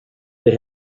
they